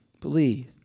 believe